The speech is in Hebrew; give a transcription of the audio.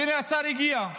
והינה השר הגיע,